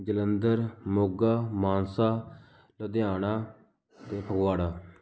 Jalandhar Moga Mansa Ludhiana Phagwara